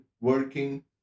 working